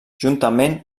juntament